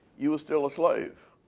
you were still a slave.